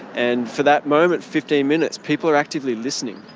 and for that moment, fifteen minutes, people are actively listening.